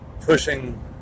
pushing